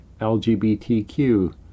LGBTQ